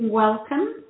Welcome